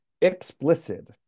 explicit